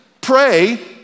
pray